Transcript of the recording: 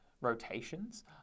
rotations